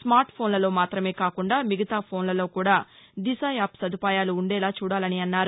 smart ఫోస్లలో మాతమే కాకుండా మిగతా ఫోస్లలో కూడా దిశ యాప్ సదుపాయాలు ఉండేలా చూడాలని అన్నారు